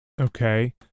Okay